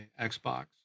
Xbox